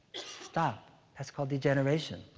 stop. that's called degeneration.